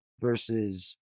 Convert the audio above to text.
versus